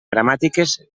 gramàtiques